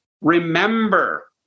Remember